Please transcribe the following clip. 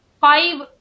five